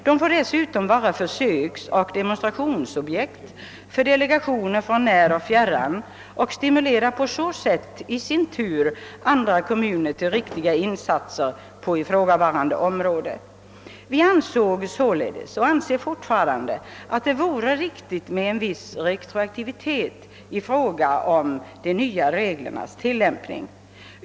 De får dessutom vara försöksoch demonstrationsobjekt för delegationer från när och fjärran och stimulerar på så sätt, i sin tur, andra kommuner till riktiga insatser på ifrågavarande område. Vi ansåg således, och anser fortfa rande, att det vore riktigt med en viss retroaktivitet i fråga om de nya reglernas tillämpning.